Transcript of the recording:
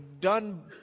done